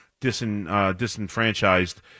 disenfranchised